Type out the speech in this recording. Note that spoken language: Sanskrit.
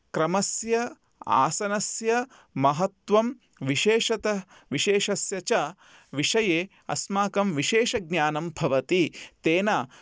क्रमस्य आसनस्य महत्वं विशेषतः विशेषस्य विषये अस्माकं विशेषज्ञानं भवति तेन